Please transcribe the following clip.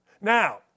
Now